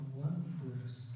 wonders